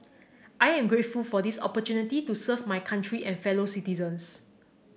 I am grateful for this opportunity to serve my country and fellow citizens